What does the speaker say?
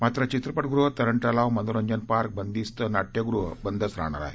मात्र चित्रपटगृह तरण तलाव मनोरंजन पार्क बंदिस्त नाट्यगृह बंदच राहाणार आहेत